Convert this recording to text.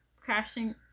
crashing